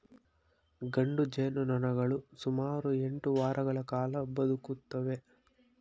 ಗಂಡು ಜೇನುನೊಣಗಳು ಸುಮಾರು ಎಂಟು ವಾರಗಳ ಕಾಲ ಬದುಕುತ್ತವೆ